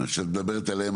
מה שאת מדברת עליהם,